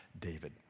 David